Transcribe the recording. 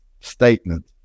statement